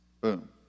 Boom